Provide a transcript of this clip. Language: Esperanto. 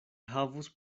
havus